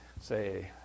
say